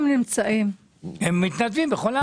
הם יתנו מענה.